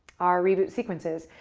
our reboot sequences.